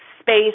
space